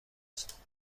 است